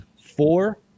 Four